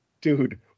Dude